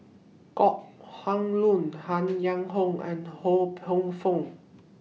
Kok Heng Leun Han Yong Hong and Ho Poh Fun